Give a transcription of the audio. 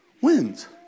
wins